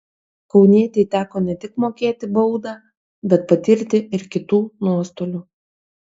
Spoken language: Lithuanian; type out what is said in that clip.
kaunietei teko ne tik mokėti baudą bet patirti ir kitų nuostolių